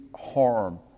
harm